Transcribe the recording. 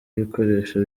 ibikoresho